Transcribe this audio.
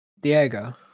Diego